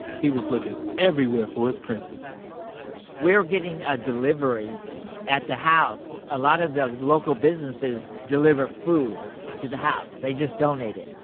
he was looking everywhere for his princess we were getting a delivery at the house, a lot of the local businesses deliver food to the house. they just donate it.